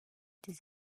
des